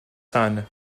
son